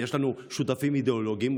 יש לנו שותפים אידיאולוגיים,